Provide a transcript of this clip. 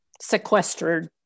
sequestered